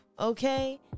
Okay